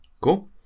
Cool